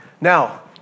Now